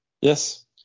Yes